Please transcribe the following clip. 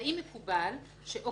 מה